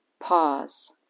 pause